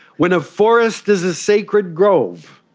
when a forest is a sacred grove,